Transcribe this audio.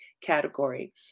category